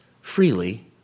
freely